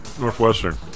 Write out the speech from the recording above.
Northwestern